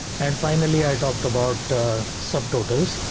and finally, i talked about subtotals.